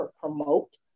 promote